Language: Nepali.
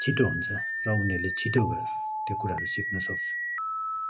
छिटो हुन्छ र उनीहरूले छिटो त्यो कुराहरू सिक्नसक्छ